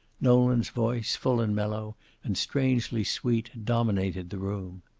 nolan's voice, full and mellow and strangely sweet, dominated the room.